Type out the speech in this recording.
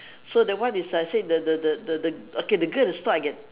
so that one is I said the the the the the okay the girl in stall I get